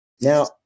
Now